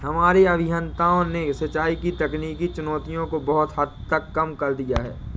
हमारे अभियंताओं ने सिंचाई की तकनीकी चुनौतियों को बहुत हद तक कम कर दिया है